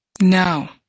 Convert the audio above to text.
No